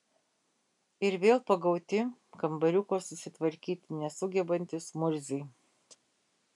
ir vėl pagauti kambariuko susitvarkyti nesugebantys murziai